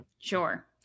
Sure